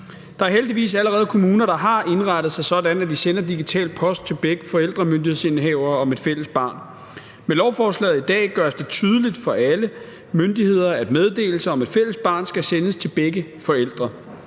Der er heldigvis allerede kommuner, der har indrettet sig sådan, at de sender digital post til begge forældremyndighedsindehavere om et fælles barn. Med lovforslaget i dag gøres det tydeligt for alle myndigheder, at meddelelse om et fælles barn skal sendes til begge forældre.